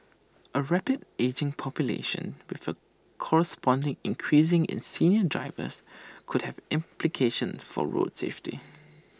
A rapidly ageing population with A corresponding increase in senior drivers could have implications for roads safety